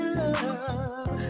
love